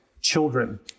children